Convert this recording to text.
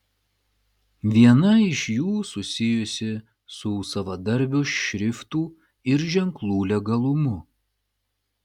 viena iš jų susijusi su savadarbių šriftų ir ženklų legalumu